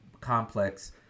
complex